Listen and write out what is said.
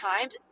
times